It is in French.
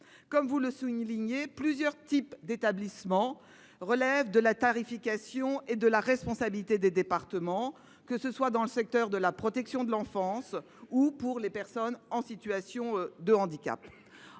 Comme vous le rappelez, plusieurs types d’établissements relèvent de la tarification et de la responsabilité des départements, que ce soit dans le secteur de la protection de l’enfance ou pour les personnes en situation de handicap.